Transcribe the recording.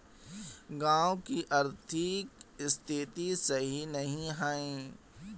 गाँव की आर्थिक स्थिति सही नहीं है?